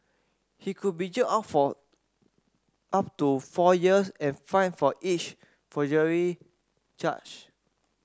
he could be jailed up for up to four years and fined for each forgery charge